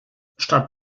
statt